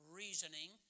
reasoning